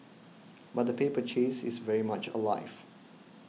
but the paper chase is very much alive